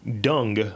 dung